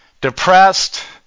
depressed